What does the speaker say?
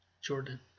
Jordan